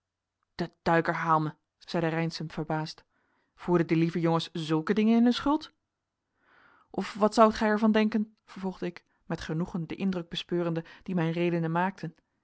de duiker haal me zeide reynszen verbaasd voerden die lieve jongens zulke dingen in hun schild of wat zoudt gij er van denken vervolgde ik met genoegen den indruk bespeurende dien mijne redenen maakten